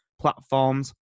platforms